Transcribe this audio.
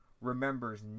remembers